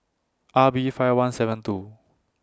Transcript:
R B five one seven two